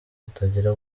atangira